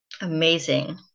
Amazing